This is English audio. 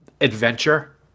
adventure